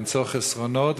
למצוא חסרונות,